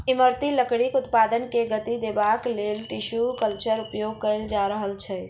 इमारती लकड़ीक उत्पादन के गति देबाक लेल टिसू कल्चरक उपयोग कएल जा रहल छै